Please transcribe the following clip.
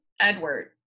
Edward